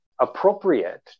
appropriate